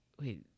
wait